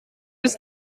its